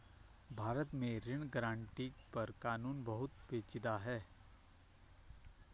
भारत में ऋण गारंटी पर कानून बहुत पेचीदा है